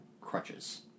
crutches